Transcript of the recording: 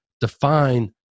define